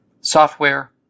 software